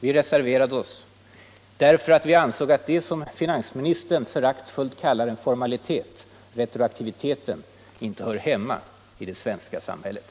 Vi reserverade oss, därför att vi anser att det som finansministern här föraktfullt kallar för en formalitet, nämligen retroaktiviteten, inte hör hemma i det svenska samhället.